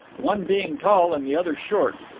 one being tall and the other short,